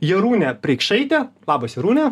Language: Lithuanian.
jarūnė preikšaitė labas jarūne